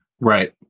Right